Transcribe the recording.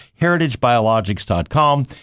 heritagebiologics.com